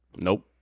Nope